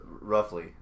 roughly